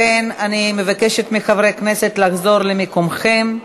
אני מבקשת מחברי הכנסת לחזור למקומכם.